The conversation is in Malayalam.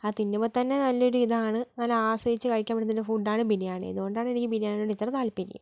അത് തിന്നുമ്പോൾ തന്നെ നല്ലൊരു ഇതാണ് നല്ല ആസ്വദിച്ച് കഴിക്കാൻ പറ്റുന്ന ഒരു ഫുഡ് ആണ് ബിരിയാണി ഇതുകൊണ്ടാണ് എനിക്ക് ബിരിയാണിയോട് ഇത്ര താല്പര്യം